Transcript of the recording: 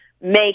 make